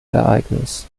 ereignis